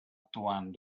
actuant